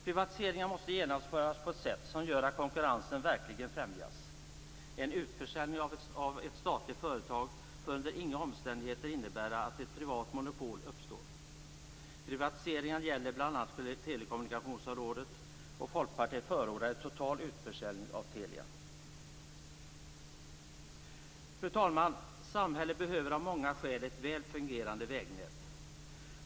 Privatiseringar måste genomföras på ett sätt som gör att konkurrensen verkligen främjas. En utförsäljning av ett statligt företag får under inga omständigheter innebära att ett privat monopol uppstår. Privatiseringarna gäller bl.a. telekommunikationsområdet. Fru talman! Samhället behöver av många skäl ett väl fungerande vägnät.